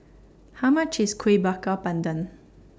How much IS Kueh Bakar Pandan